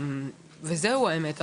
וזהו האמת.